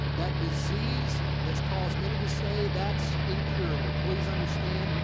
that disease that's caused many to say, that's incurable. please understand,